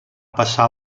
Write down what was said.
passar